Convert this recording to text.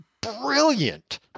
brilliant